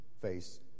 face